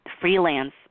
freelance